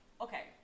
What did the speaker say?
okay